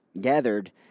gathered